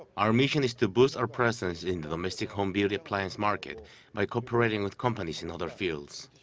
our mission is to boost our presence in the domestic home beauty appliance market by cooperating with companies in other fields.